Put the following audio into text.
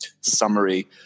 summary